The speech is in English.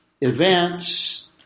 events